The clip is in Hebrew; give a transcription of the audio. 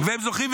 הם זוכרים,